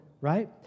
right